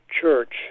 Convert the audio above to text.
church